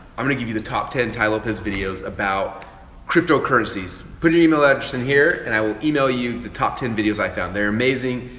i'm gonna give you the top ten tai lopez videos about cryptocurrencies. put your email address in here, and i will email you the top ten videos i found. they're amazing.